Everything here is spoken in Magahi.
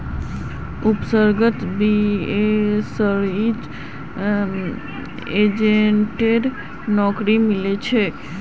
उपसर्गक बीएसईत एजेंटेर नौकरी मिलील छ